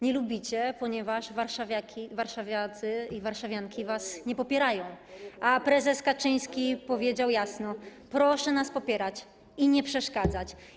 Nie lubicie, ponieważ warszawiacy i warszawianki was nie popierają, a prezes Kaczyński powiedział jasno: proszę nas popierać i nie przeszkadzać.